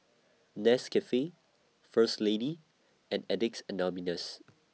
Nescafe First Lady and Addicts Anonymous